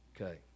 Okay